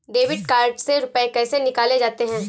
Debit card से रुपये कैसे निकाले जाते हैं?